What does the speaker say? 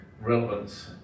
relevance